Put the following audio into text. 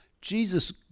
Jesus